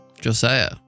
Josiah